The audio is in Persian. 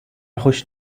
خوش